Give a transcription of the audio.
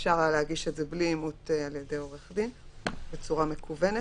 אפשר היה להגיש את זה בלי אימות על-ידי עורך דין בצורה מקוונת.